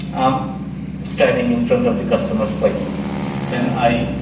i'm standing in front of the customer's place and i